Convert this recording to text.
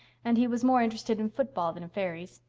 and he was more interested in football than fairies.